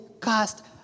cast